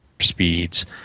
speeds